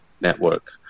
network